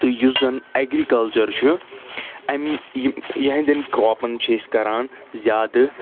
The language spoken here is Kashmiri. تہٕ یُس زَن ایٚگرِکَلچَر چھُ امہِ یِہٕنٛدؠن کَرٛاپَن چھِ أسۍ کَران زیادٕ